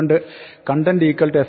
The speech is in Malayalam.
അതുകൊണ്ട് content fh